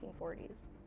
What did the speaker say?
1940s